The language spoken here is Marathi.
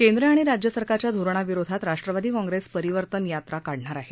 केंद्र आणि राज्य सरकारच्या धोरणाविरोधात राष्ट्रवादी काँग्रेस परिवर्तन यात्रा काढणार आहे